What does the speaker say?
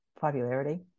popularity